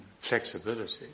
flexibility